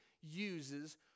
uses